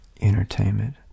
entertainment